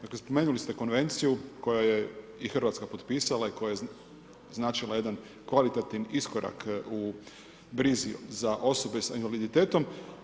Dakle spomenuli ste konvenciju koju je i Hrvatska potpisala i koja je značila jedan kvalitetan iskorak u brizi za osobe sa invaliditetom.